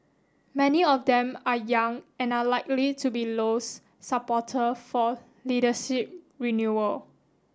many of them are young and are likely to be Low's supporter for leadership renewal